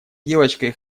девочкой